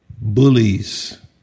Bullies